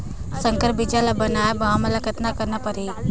संकर बीजा ल बनाय बर हमन ल कतना करना परही?